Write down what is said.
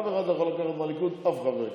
אף אחד לא יכול לקחת מהליכוד אף חבר כנסת.